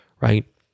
right